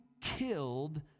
killed